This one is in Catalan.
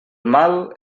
mal